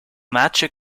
match